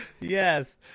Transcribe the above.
yes